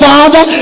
Father